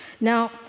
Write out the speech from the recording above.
Now